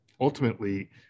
ultimately